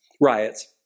Riots